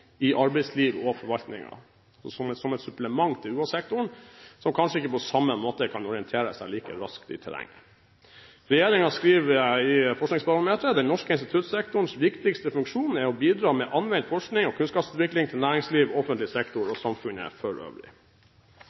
i arbeidsliv og forvaltning, som et supplement til UH-sektoren, som kanskje ikke på samme måte kan orientere seg like raskt i terrenget. Regjeringen skriver i Forskningsbarometeret: «Den norske instituttsektorens viktigste funksjon er å bidra med anvendt forskning og kunnskapsutvikling til næringslivet, offentlig sektor og samfunnet for øvrig.»